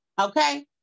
okay